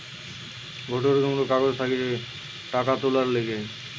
গটে রকমের কাগজ থাকতিছে টাকা তুলার লিগে